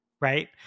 right